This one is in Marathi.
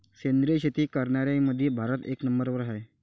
सेंद्रिय शेती करनाऱ्याईमंधी भारत एक नंबरवर हाय